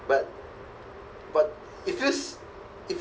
but but it feels it